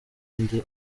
kandi